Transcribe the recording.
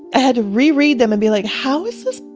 had reread them and been like, how is this?